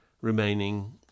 remaining